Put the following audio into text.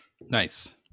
nice